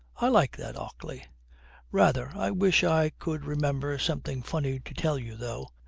i like that ockley rather. i wish i could remember something funny to tell you though.